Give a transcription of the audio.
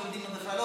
שלומדים במכללות,